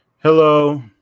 Hello